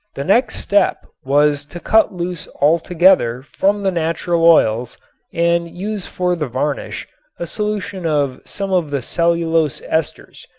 the next step was to cut loose altogether from the natural oils and use for the varnish a solution of some of the cellulose esters,